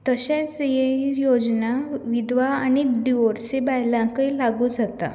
तशेंच ही योजना विधवा आनी डिवोर्सी बायलांकय लागू जाता